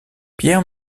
pierre